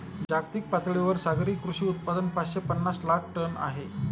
जागतिक पातळीवर सागरी कृषी उत्पादन पाचशे पनास लाख टन आहे